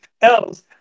Else